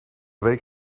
week